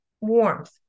warmth